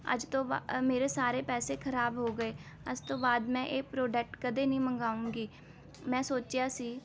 ਅੱਜ ਤੋਂ ਬਾ ਮੇਰੇ ਸਾਰੇ ਪੈਸੇ ਖਰਾਬ ਹੋ ਗਏ ਅੱਜ ਤੋਂ ਬਾਅਦ ਮੈਂ ਇਹ ਪ੍ਰੋਡਕਟ ਕਦੇ ਨਹੀਂ ਮੰਗਾਊਂਗੀ ਮੈਂ ਸੋਚਿਆ ਸੀ